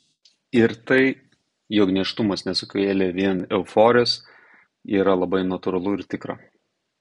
ir tai jog nėštumas nesukėlė vien euforijos yra labai natūralu ir tikra